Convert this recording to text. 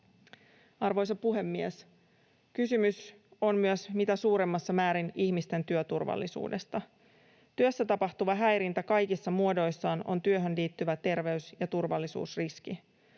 Arvoisa puhemies! Kysymys on myös mitä suurimmissa määrin ihmisten työturvallisuudesta. Työssä tapahtuva häirintä kaikissa muodoissaan on työhön liittyvä terveys- ja turvallisuusriski.